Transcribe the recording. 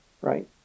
right